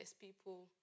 people